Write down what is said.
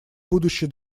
будущий